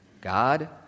God